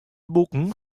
boeken